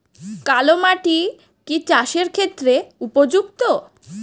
কালো মাটি কি চাষের ক্ষেত্রে উপযুক্ত?